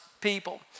people